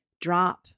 drop